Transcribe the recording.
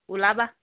ওলাবা